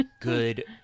good